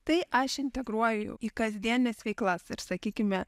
tai aš integruoju į kasdienes veiklas ir sakykime